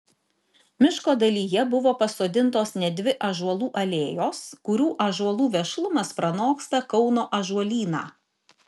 miško dalyje buvo pasodintos net dvi ąžuolų alėjos kurių ąžuolų vešlumas pranoksta kauno ąžuolyną